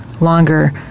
longer